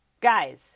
Guys